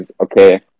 okay